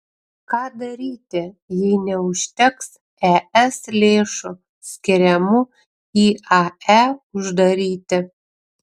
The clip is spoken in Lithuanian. ką daryti jei neužteks es lėšų skiriamų iae uždaryti